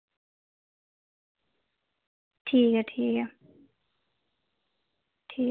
ठीक ऐ ठीक ऐ ठीक